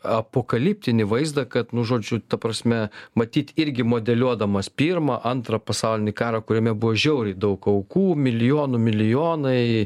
apokaliptinį vaizdą kad nu žodžiu ta prasme matyt irgi modeliuodamas pirmą antrą pasaulinį karą kuriame buvo žiauriai daug aukų milijonų milijonai